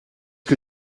que